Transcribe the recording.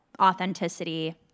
Authenticity